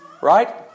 Right